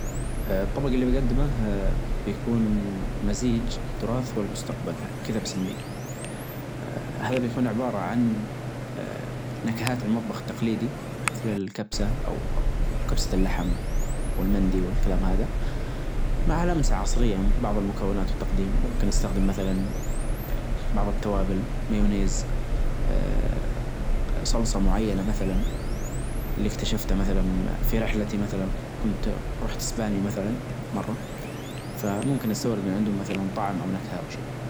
الطبج اللي بجدمه آ بيكون مزيج تراث والمستقبل كدا بسميه، آ هذا بيكون عبارة عن آآ نكهات المطبخ التقليدي مثل الكبسة أو-أو كبسة اللحم والمندي والكلام هذا، مع لمسة عصرية بعض المكونات التقديم ممكن أستخدم بعض التوابل مايونيز آآ صلصة معينة مثلا اللي اكتشفته مثلا في رحلتي مثلا كنت رحت اسبانيا مثلا مرة فممكن استورد من عندهم مثلا طعم أو نكهة أو شيء.